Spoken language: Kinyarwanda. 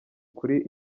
kuli